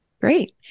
Great